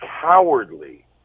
cowardly